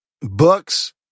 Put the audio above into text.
Books